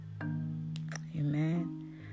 amen